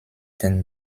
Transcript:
den